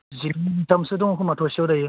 जि दामखोमा थरसेयाव दायो